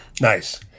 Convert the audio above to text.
Nice